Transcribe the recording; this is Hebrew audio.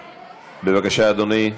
בבקשה, אדוני.